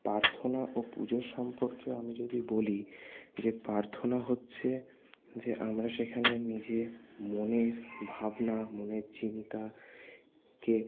প্রার্থনা ও পুজো সম্পর্কে আমি যদি বলি যে প্রার্থনা হচ্ছে যে আমরা সেখানে নিজে মনের ভাবনা মনের চিন্তাকে